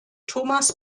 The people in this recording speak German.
thomas